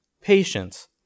patience